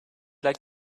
like